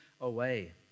away